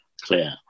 clear